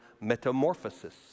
metamorphosis